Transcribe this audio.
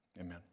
Amen